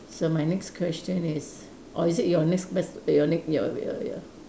so my next question is or is it your next next your ne~ ya ya ya